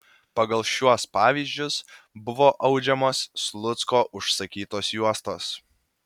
pagal šiuos pavyzdžius buvo audžiamos slucko užsakytos juostos